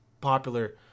popular